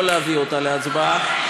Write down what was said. לא להביא אותה להצבעה,